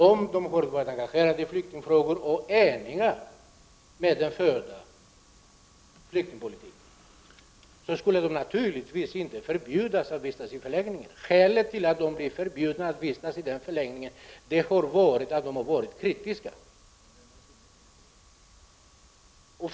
Om de hade varit engagerade i flyktingfrågor och accepterat den förda flyktingpolitiken, skulle de naturligtvis inte ha förbjudits att vistas i förläggningen. Skälet till att de blev förbjudna att vistas i förläggningen är att de varit kritiska.